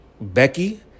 Becky